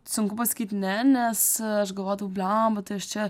sunku pasakyt ne nes aš galvodavau blemba tai aš čia